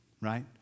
right